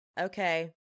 okay